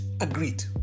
agreed